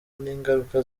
n’ingaruka